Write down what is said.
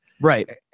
Right